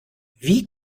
wie